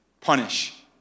punish